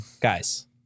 Guys